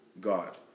God